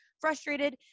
frustrated